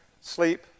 sleep